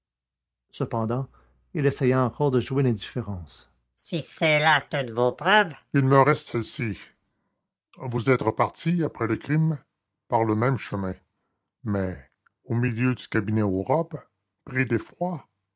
cependant il essaya encore de jouer l'indifférence si c'est là toutes vos preuves il me reste celle-ci vous êtes reparti après le crime par le même chemin mais au milieu du cabinet